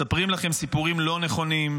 מספרים לכם סיפורים לא נכונים.